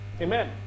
Amen